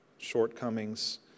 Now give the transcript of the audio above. shortcomings